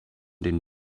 den